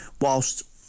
whilst